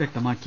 വ്യക്തമാക്കി